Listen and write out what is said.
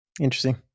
Interesting